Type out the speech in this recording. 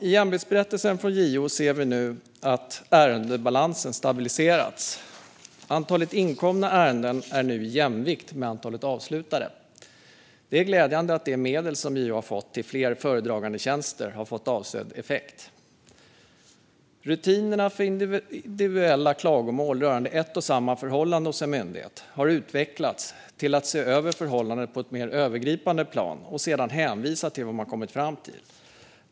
I ämbetsberättelsen från JO ser vi nu att ärendebalansen stabiliserats. Antalet inkomna ärenden är nu i jämvikt med antalet avslutade. Det är glädjande att de medel som JO har fått till fler föredragandetjänster har fått avsedd effekt. Rutinerna för individuella klagomål rörande ett och samma förhållande hos en myndighet har utvecklats till att se över förhållandet på ett mer övergripande plan och sedan hänvisa till vad man kommit fram till.